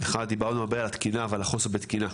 אחד, דיברנו הרבה על התקינה ועל החוסר בתקינה.